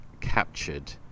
captured